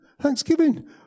Thanksgiving